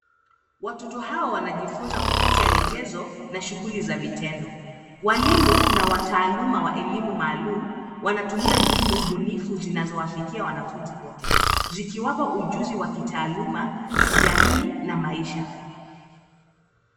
Watoto hawa wanajifunza kupitia michezo na shughuli za vitendo. Walimu na wataaluma wa elimu maalum wanatumia mbinu bunifu zinazowafikia wanafunzi wote zikiwapa ujuzi wa kitaaluma, kijamii na maisha.